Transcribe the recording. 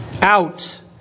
Out